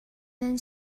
nan